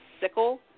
sickle